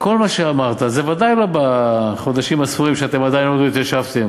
כל מה שאמרת זה בוודאי לא בחודשים הספורים שאתם עדיין לא התיישבתם,